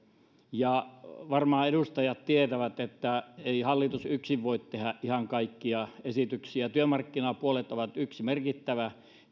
varmaan edustajat tietävät että ei hallitus yksin voi tehdä ihan kaikkia esityksiä työmarkkinapuolet ovat yksi merkittävä